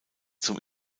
zum